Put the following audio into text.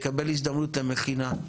יקבל הזדמנות למכינה,